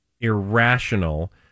irrational